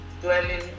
dwelling